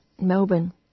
Melbourne